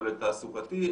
כולל תעסוקתי,